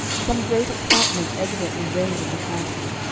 some great excitement evidently reigned in the castle.